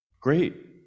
great